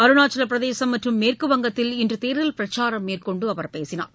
அருணாச்சல் பிரதேசம் மற்றும் மேற்கு வங்கத்தில் இன்றுதேர்தல் பிரச்சாரம் மேற்கொண்டுஅவர் பேசினார்